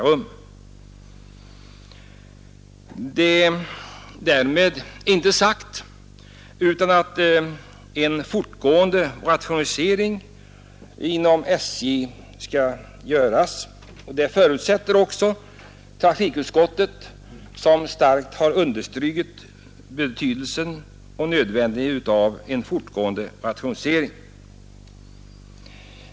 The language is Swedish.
Därmed är dock inte sagt att inte en fortgående rationalisering inom SJ skall företas. Detta förutsätter också trafikutskottet, som starkt har understrukit betydelsen och nödvändigheten av en fortgående rationalisering.